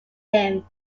him